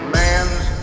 man's